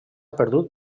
perdut